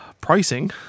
pricing